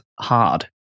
hard